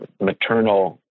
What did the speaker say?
maternal